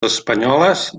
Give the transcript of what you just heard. espanyoles